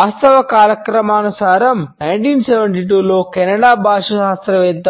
వాస్తవ కాలక్రమానుసారం 1972 లో కెనడా 'ప్రత్యామ్నాయాల'